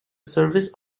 service